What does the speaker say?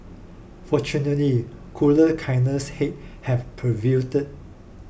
fortunately cooler kinders head have prevailed